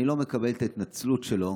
אני לא מקבל את ההתנצלות שלו